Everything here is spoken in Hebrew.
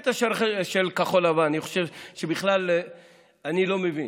בקטע של רכש כחול לבן אני חושב שאני בכלל לא מבין.